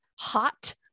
hot